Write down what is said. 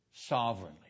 Sovereignly